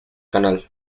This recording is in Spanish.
canal